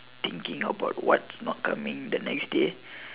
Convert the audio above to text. thinking about what's not coming the next day